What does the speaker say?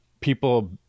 people